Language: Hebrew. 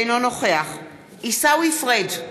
אינו נוכח עיסאווי פריג'